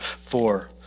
four